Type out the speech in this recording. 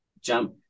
jump